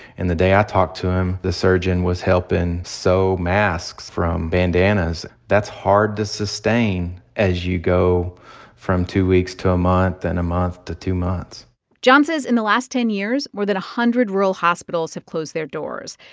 and the day i talked to him, the surgeon was helping sew masks from bandanas. that's hard to sustain as you go from two weeks to a month and a month to two months john says in the last ten years, more than a hundred rural hospitals have closed their doors.